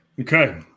Okay